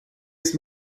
ist